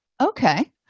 Okay